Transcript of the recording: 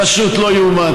פשוט לא יאומן.